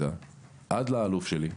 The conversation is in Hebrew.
עד לאלוף שלי,